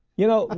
you know? and